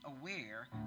aware